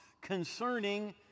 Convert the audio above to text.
concerning